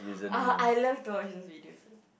ah I love to watch those videos uh